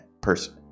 person